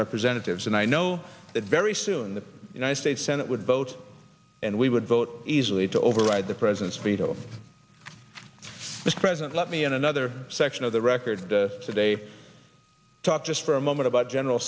representatives and i know that very soon the united states senate would vote and we would vote easily to override the president's veto mr president let me in another section of the record today talk just for a moment about general